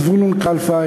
זבולון קלפה,